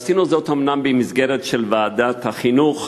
עשינו זאת אומנם במסגרת ועדת החינוך,